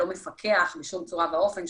לא מפקח בשום צורה ואופן,